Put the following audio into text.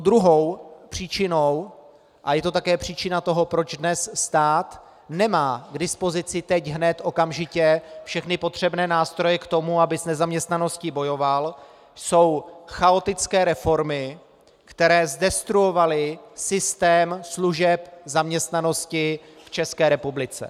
Druhou příčinou a je to také příčina toho, proč dnes stát nemá k dispozici teď hned okamžitě všechny potřebné nástroje k tomu, aby s nezaměstnaností bojoval jsou chaotické reformy, které zdestruovaly systém služeb zaměstnanosti v České republice.